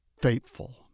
faithful